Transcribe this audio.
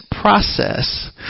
process